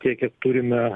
tiek kiek turime